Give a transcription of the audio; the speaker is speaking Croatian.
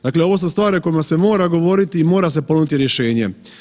Dakle, ovo su stvari o kojima se mora govoriti i mora se ponuditi rješenje.